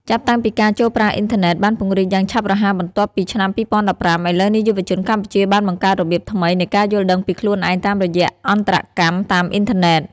ចាប់តាំងពីការចូលប្រើអ៊ីនធឺណិតបានពង្រីកយ៉ាងឆាប់រហ័សបន្ទាប់ពីឆ្នាំ 2015 ឥឡូវនេះយុវជនកម្ពុជាបានបង្កើតរបៀបថ្មីនៃការយល់ដឹងពីខ្លួនឯងតាមរយៈអន្តរកម្មតាមអ៊ីនធឺណិត។